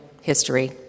history